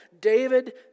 David